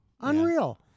Unreal